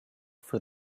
for